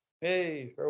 hey